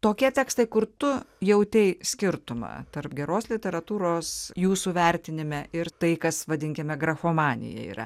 tokie tekstai kur tu jautei skirtumą tarp geros literatūros jūsų vertinime ir tai kas vadinkime grafomanija yra